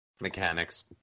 Mechanics